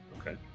Okay